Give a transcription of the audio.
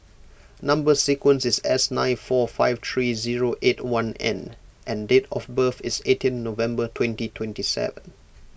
Number Sequence is S nine four five three zero eight one N and date of birth is eighteen November twenty twenty seven